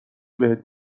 بهت